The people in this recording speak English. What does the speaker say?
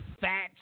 fat